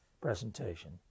presentation